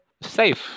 safe